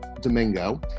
Domingo